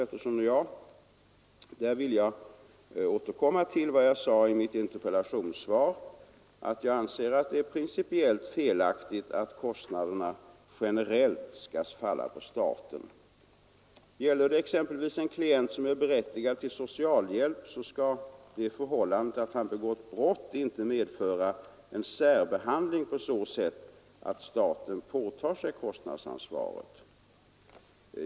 Därvidlag vill jag återkomma till vad jag sade i mitt interpellationssvar, att det enligt min mening är principiellt felaktigt att kostnaderna generellt skall falla på staten. När det gäller en klient som är berättigad till socialhjälp skall det förhållandet att han begått brott inte medföra en särbehandling på så sätt att staten påtar sig kostnadsansvaret.